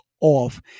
off